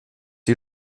you